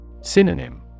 Synonym